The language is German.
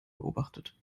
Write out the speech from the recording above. beobachtet